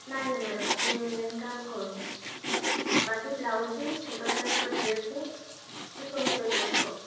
ନାଇଁ ନାଇଁ ମ୍ୟାଡ଼ାମ୍ ସେ ଲେହେଙ୍ଗା ଆମେ କରୁନୁ ବାକି ବ୍ଲାଉଜ୍ ଛୋଟ ପିଲାଙ୍କର ଡ୍ରେସ୍ ଏ ସବୁ ତିଆରି କରୁଛୁ ଆଉ